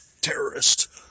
terrorist